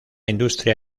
industria